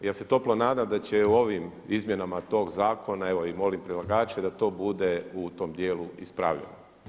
Ja se toplo nadam da će u ovim izmjenama tog zakona evo i molim predlagače da to bude u tom djelu ispravljeno.